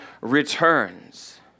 returns